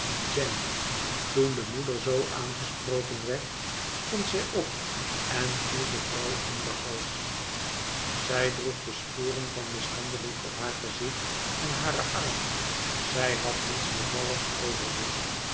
jenny toen de moeder zoo aangesproken werd stond zij op en viel de vrouw om den hals zij droeg de sporen van mishandeling op haar gezicht en hare armen zij had niets bevalligs